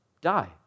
Die